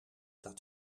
dat